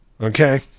okay